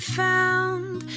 found